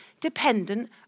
dependent